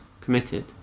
committed